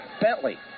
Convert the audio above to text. Bentley